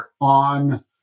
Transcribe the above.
on